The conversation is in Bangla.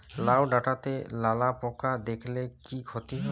লাউ ডাটাতে লালা পোকা দেখালে কি ক্ষতি হয়?